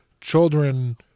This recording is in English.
children